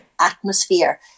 atmosphere